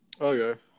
Okay